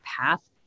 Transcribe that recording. path